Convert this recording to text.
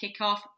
kickoff